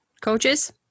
Coaches